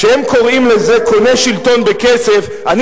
כשהם קוראים לזה "קונה שלטון בכסף" אני